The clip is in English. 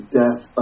death